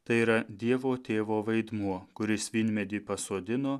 tai yra dievo tėvo vaidmuo kuris vynmedį pasodino